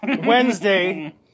Wednesday